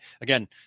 again